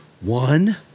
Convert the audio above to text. one